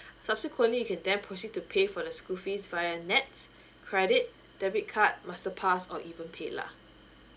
subsequently you can there proceed to pay for the school fees via NETS credit debit card masterpass or even paylah